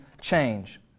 change